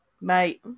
Mate